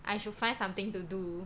I should find something to do